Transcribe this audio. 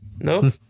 No